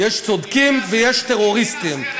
יש צודקים, ויש טרוריסטים.